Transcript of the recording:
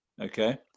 okay